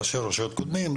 ראשי רשויות קודמים.